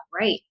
right